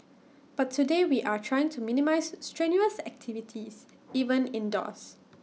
but today we are trying to minimise strenuous activities even indoors